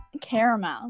Caramel